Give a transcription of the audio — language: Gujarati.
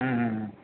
હા હા હા